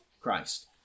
Christ